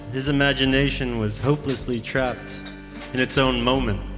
his imagination was hopelessly trapped in its own moment,